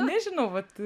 nežinau vat